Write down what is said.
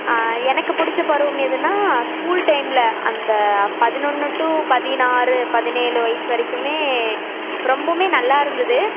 எனக்கு பிடிச்ச பருவம் எதுன்னா ஸ்கூல் டைமில் அந்த பதினொன்று டூ பதினாறு பதினேழு வயசு வரைக்குமே ரொம்பவுமே நல்லா இருந்துது